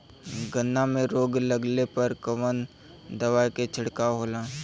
गन्ना में रोग लगले पर कवन दवा के छिड़काव होला?